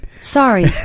Sorry